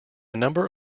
number